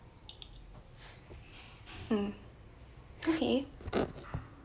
mm okay